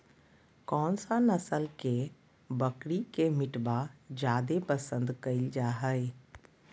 कौन सा नस्ल के बकरी के मीटबा जादे पसंद कइल जा हइ?